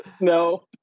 no